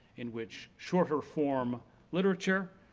in which shorter form literature.